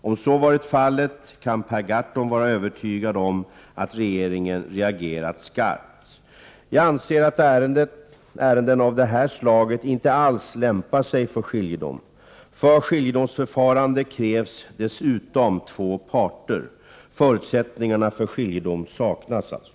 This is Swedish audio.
Om så hade varit fallet kan Per Gahrton vara övertygad om att regeringen reagerat skarpt! Jag anser att ärenden av det här slaget inte alls lämpar sig för skiljedom. För skiljedomsförfarande krävs dessutom två parter. Förutsättningar för skiljedom saknas alltså.